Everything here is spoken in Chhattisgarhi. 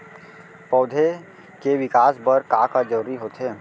पौधे के विकास बर का का जरूरी होथे?